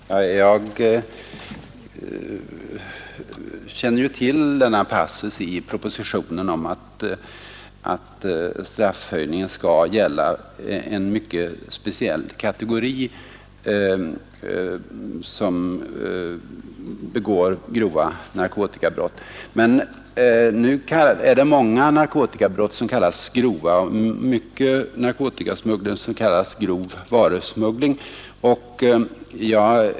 Herr talman! Jag känner ju väl till denna passus i propositionen, att straffhöjningen skall gälla en speciell kategori, nämligen sådana som begår alldeles speciella och exceptionellt grova narkotikabrott. Men nu är det många narkotikabrott som kallas grova och mycken narkotikasmuggling som kallas grov varusmuggling.